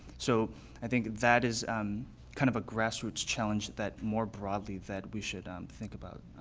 so i think that is kind of a grass roots challenge that more broadly that we should um think about.